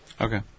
Okay